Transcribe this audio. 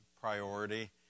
priority